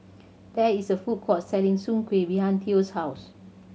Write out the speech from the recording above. there is a food court selling Soon Kueh behind Theo's house